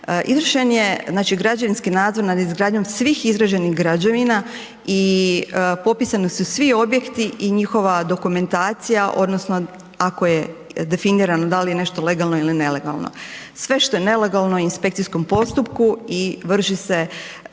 Izvršen je građevinski nadzor nad izgradnjom svih izgrađenih građevina i popisani su svi objekti i njihova dokumentacija, odnosno ako je definirano da li je nešto legalno ili nelegalno. Sve što je nelegalno inspekcijskom postupku i vrši se